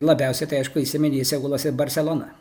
labiausiai tai aišku įsiminė į seulas ir barselona